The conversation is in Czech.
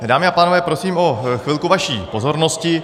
Dámy a pánové, prosím o chvilku vaší pozornosti.